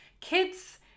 kids